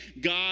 God